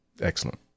excellent